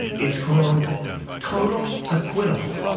it's called total acquittal.